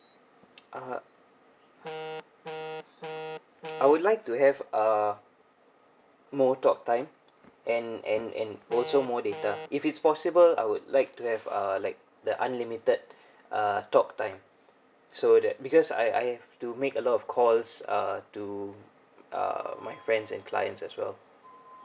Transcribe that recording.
uh I would like to have uh more talk time and and and also more data uh if it's possible I would like to have uh like the unlimited uh talk time so that because I I have to make a lot of calls uh to uh my friend and clients as well